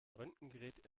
röntgengerät